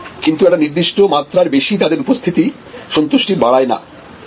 কিন্তু একটা নির্দিষ্ট মাত্রার বেশি তাদের উপস্থিতি সন্তুষ্টি বাড়ায় না বরং কিছুটা স্যাচুরেশন এসে যায়